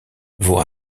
vaut